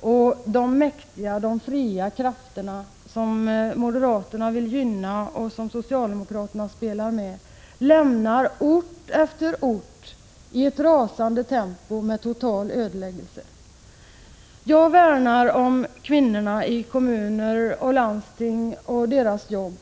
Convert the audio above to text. och de mäktiga och fria krafterna, som moderaterna vill gynna — varvid också socialdemokraterna spelar med —, lämnar ort efter ort i ett rasande tempo med total ödeläggelse som följd? Jag värnar om kvinnorna i kommuner och landsting och om deras jobb.